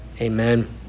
Amen